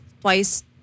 twice